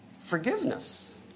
forgiveness